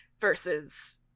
versus